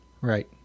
Right